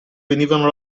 venivano